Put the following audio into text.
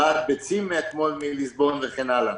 הבאת ביצים מליסבון אתמול וכן הלאה.